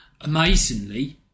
Amazingly